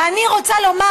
ואני רוצה לומר,